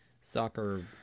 soccer